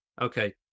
Okay